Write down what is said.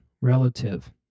relative